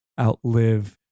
outlive